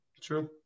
True